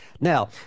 Now